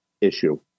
issue